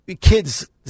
kids